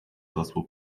hasło